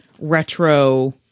retro